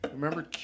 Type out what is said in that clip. Remember